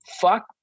fuck